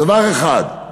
דבר אחד,